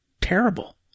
terrible